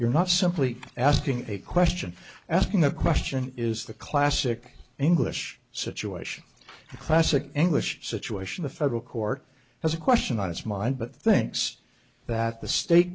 you're not simply asking a question asking the question is the classic english situation a classic english situation a federal court has a question on its mind but thinks that the state